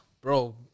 bro